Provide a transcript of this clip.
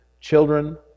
children